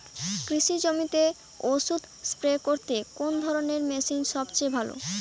কৃষি জমিতে ওষুধ স্প্রে করতে কোন ধরণের মেশিন সবচেয়ে ভালো?